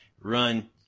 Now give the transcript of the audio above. run